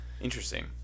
Interesting